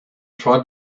tried